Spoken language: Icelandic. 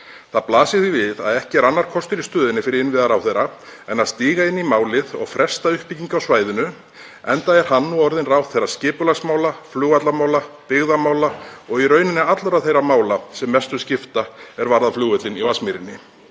Það blasir því við að ekki er annar kostur í stöðunni fyrir innviðaráðherra en að stíga inn í málið og fresta uppbyggingu á svæðinu, enda er hann orðinn ráðherra skipulagsmála, flugvallarmála, byggðamála og í rauninni allra þeirra mála sem mestu skipta er varðar flugvöllinn í Vatnsmýrinni.